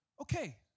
okay